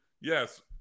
Yes